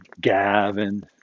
Gavin